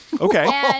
Okay